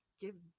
give